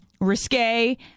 risque